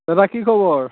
দাদা কি খবৰ